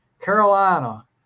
Carolina